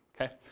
okay